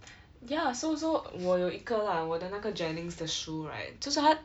ya so so 我有一个啦我的那个 Jennings 的书 right 就说她